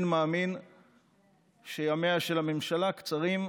אני אכן מאמין שימיה של הממשלה קצרים,